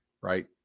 right